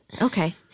Okay